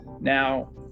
Now